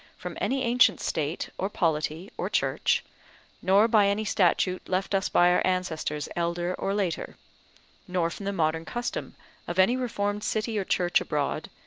from any ancient state, or polity or church nor by any statute left us by our ancestors elder or later nor from the modern custom of any reformed city or church abroad,